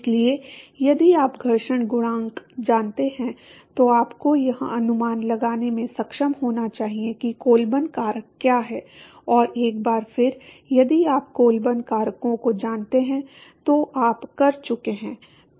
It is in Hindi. इसलिए यदि आप घर्षण गुणांक जानते हैं तो आपको यह अनुमान लगाने में सक्षम होना चाहिए कि कोलबर्न कारक क्या हैं और एक बार फिर यदि आप कोलबर्न कारकों को जानते हैं तो आप कर चुके हैं